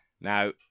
now